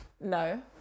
No